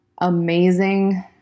amazing